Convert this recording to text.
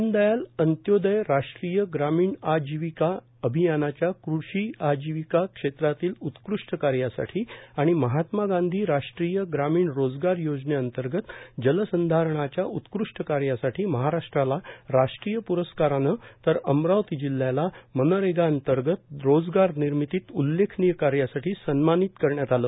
दीनदयाल अंत्योदय राष्ट्रीय ग्रामीण आजीविका अभियानाच्या कृषी आजीविका क्षेत्रातील उत्कृष्ट कार्यासाठी आणि महात्मा गांधी राष्ट्रीय ग्रामीण रोजगार योजनेंतर्गत जलसंधारणाच्या उत्कृष्ट कार्यासाठी महाराष्ट्राला राष्ट्रीय प्रस्कारानं तर अमरावती जिल्ह्याला मनरेगांतर्गत रोजगार निर्मितीत उल्लेखनीय कार्यासाठी सन्मानित करण्यात आलं